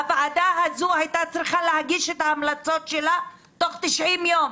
הוועדה הזו הייתה צריכה להגיש את ההמלצות שלה תוך תשעים יום.